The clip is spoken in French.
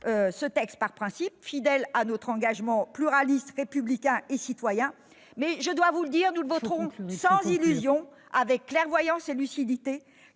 ce texte par principe, fidèles à notre engagement pluraliste républicain et citoyen. Mais nous le voterons sans illusion, avec clairvoyance et lucidité,